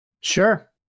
Sure